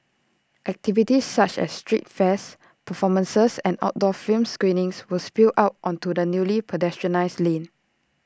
activities such as street fairs performances and outdoor film screenings will spill out onto the newly pedestrianised lane